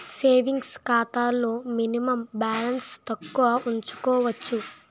savings ఖాతాలో minimum balance తక్కువ ఉంచుకోవచ్చు